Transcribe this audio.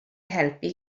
helpu